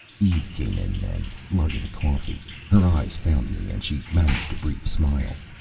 eve came in then, lugging coffee. her eyes found me, and she managed a brief smile.